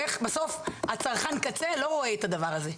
בסוף הצרכן קצה לא רואה את הדבר הזה,